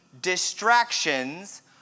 distractions